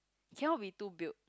cannot be too built